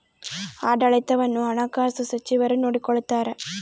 ಆಡಳಿತವನ್ನು ಹಣಕಾಸು ಸಚಿವರು ನೋಡಿಕೊಳ್ತಾರ